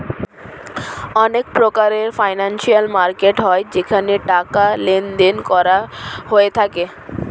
অনেক প্রকারের financial market হয় যেখানে টাকার লেনদেন করা হয়ে থাকে